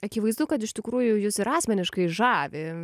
akivaizdu kad iš tikrųjų jus ir asmeniškai žavi